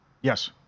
Yes